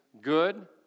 good